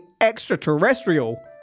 extraterrestrial